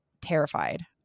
terrified